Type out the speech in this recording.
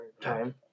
time